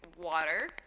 water